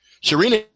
Serena